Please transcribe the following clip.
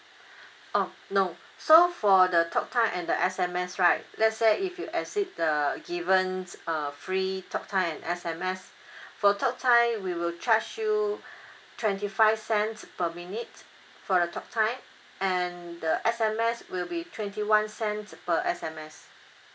oh no so for the talk time and the S_M_S right let's say if you exceed the given uh free talk time and S_M_S for talk time we will charge you twenty five cents per minute for the talk time and the S_M_S will be twenty one cents per S_M_S